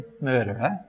murderer